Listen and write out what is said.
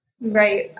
Right